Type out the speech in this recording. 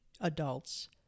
adults